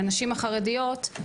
לנשים החרדיות,